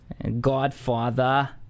Godfather